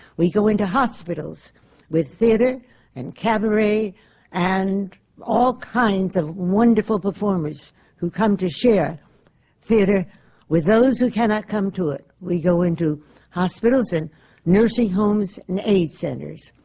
we go into hospitals with theatre and cabaret and all kinds of wonderful performers who come to share theatre with those who can not come to it. we go into hospitals and nursing homes and aids centers.